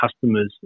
customers